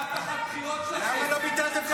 למה לא ביטלת?